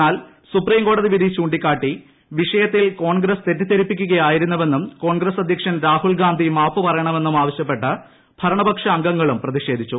എന്നാൽ സുപ്രീംകോടതി വിധി കോൺഗ്രസ്സ് ചൂണ്ടിക്കാട്ടി വിഷയത്തിൽ തെറ്റിദ്ധരിപ്പിക്കുകയായിരുന്നുവെന്നും കോൺഗ്രസ്സ് അധ്യക്ഷൻ രാഹുൽഗാന്ധി മാപ്പ് പറയണമെന്നും ആവശ്യപ്പെട്ട് ഭരണപക്ഷ അംഗങ്ങളും പ്രതിഷേധിച്ചു